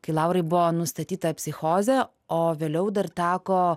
kai laurai buvo nustatyta psichozė o vėliau dar tako